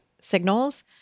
signals